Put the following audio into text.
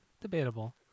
debatable